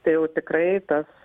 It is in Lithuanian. tai jau tikrai tas